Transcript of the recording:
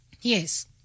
Yes